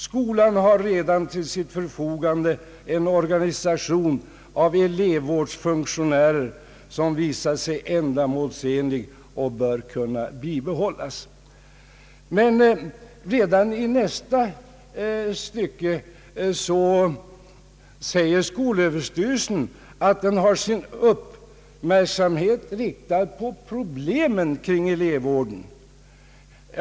Skolan har redan till sitt förfogande en organisation av elevvårdsfunktionärer som visat sig ändamålsenlig och bör kunna bibehållas.» När man skriver så, tycker jag det vittnar om att man inte har en tillfredsställande kontakt med de verkliga förhållandena ute på fältet.